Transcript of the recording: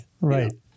right